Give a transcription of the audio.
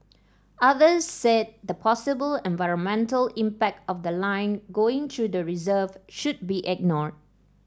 others said the possible environmental impact of the line going through the reserve should be ignored